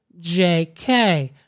JK